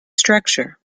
structure